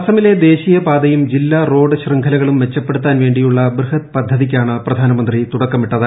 അസമില്ലെ ദേശീയപാതയും ജില്ലാ റോഡ് ശൃംഖലകളും മെച്ചപ്പെടുത്താൻ വേണ്ടിയുള്ള ബൃഹത് പദ്ധതിക്കാണ് പ്രധാനമൃത്തി തുടക്കമിട്ടത്